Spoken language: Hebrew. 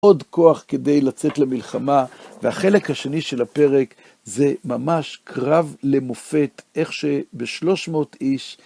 עוד כוח כדי לצאת למלחמה, והחלק השני של הפרק זה ממש קרב למופת, איך שבשלוש מאות איש...